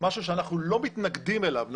משהו שאנחנו לא מתנגדים אליו.